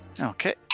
Okay